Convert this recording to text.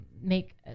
make